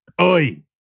oi